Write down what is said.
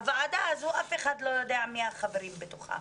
הוועדה הזו, אף אחד לא יודע מי החברים בתוכה.